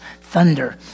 thunder